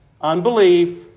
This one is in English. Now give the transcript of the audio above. unbelief